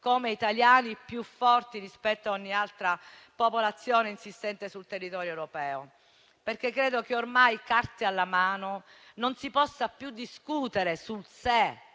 come italiani più forti rispetto a ogni altra popolazione insistente sul territorio europeo. Credo infatti che ormai, carte alla mano, non si possa più discutere sul se